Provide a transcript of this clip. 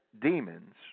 demons